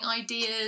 ideas